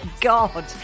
god